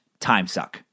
timesuck